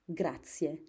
grazie